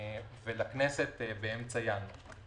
ולכנסת באמצע ינואר.